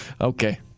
okay